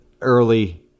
early